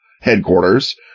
headquarters